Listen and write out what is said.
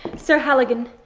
sir halligan.